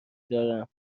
دارم